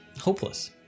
hopeless